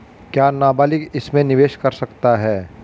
क्या नाबालिग इसमें निवेश कर सकता है?